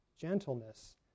gentleness